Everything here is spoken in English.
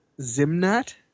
Zimnat